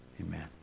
Amen